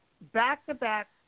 back-to-back